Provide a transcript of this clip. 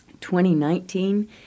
2019